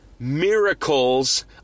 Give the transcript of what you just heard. miracles